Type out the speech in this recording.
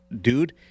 dude